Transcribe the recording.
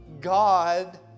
God